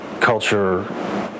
culture